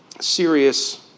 serious